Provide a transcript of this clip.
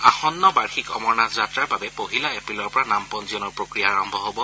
আসন্ন বাৰ্ষিক অমৰনাথ যাত্ৰাৰ বাবে পহিলা এপ্ৰিলৰ পৰা নাম পঞ্জীয়নৰ প্ৰক্ৰিয়া আৰম্ভ হব